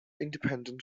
independent